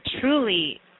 truly